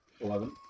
Eleven